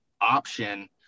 option